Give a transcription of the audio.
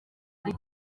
ari